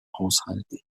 aushalten